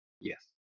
Yes